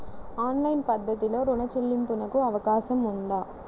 Online పద్ధతిలో రుణ చెల్లింపునకు అవకాశం ఉందా?